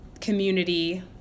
community